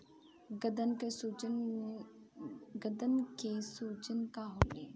गदन के सूजन का होला?